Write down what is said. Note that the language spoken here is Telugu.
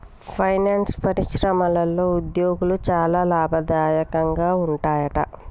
ఫైనాన్స్ పరిశ్రమలో ఉద్యోగాలు చాలా లాభదాయకంగా ఉంటాయట